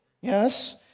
Yes